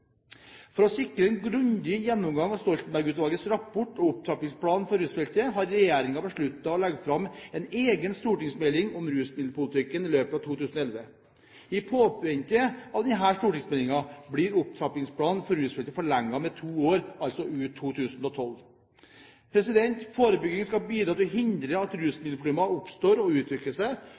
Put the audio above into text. For å sikre en grundig gjennomgang av Stoltenberg-utvalgets rapport og Opptrappingsplanen for rusfeltet har regjeringen besluttet å legge fram en egen stortingsmelding om rusmiddelpolitikken i løpet av 2011. I påvente av denne stortingsmeldingen blir Opptrappingsplanen for rusfeltet forlenget med to år, altså ut 2012. Forebygging skal bidra til å hindre at rusmiddelproblemer oppstår og utvikler seg.